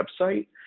website